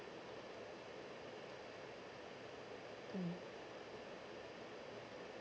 mm